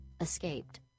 escaped